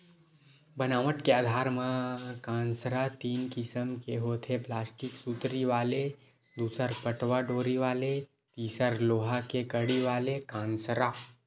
बनावट के आधार म कांसरा तीन किसम के होथे प्लास्टिक सुतरी वाले दूसर पटवा डोरी वाले तिसर लोहा के कड़ी वाले कांसरा